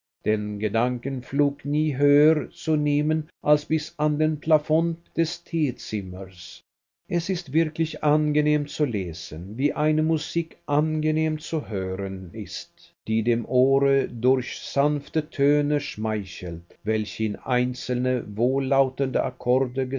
den gedankenflug nie höher zu nehmen als bis an den plafond des teezimmers es ist wirklich angenehm zu lesen wie eine musik angenehm zu hören ist die dem ohr durch sanfte töne schmeichelt welche in einzelne wohllautende akkorde